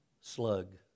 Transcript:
slug